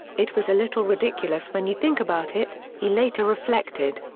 it was a little ridiculous when you think about it, he later reflected.